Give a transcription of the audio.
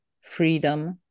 freedom